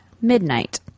midnight